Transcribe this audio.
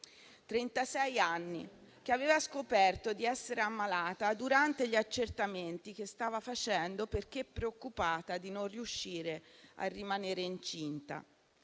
anni, che ha scoperto di essere ammalata durante gli accertamenti che stava facendo perché preoccupata di non riuscire a rimanere incinta.